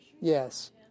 Yes